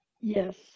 Yes